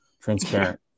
transparent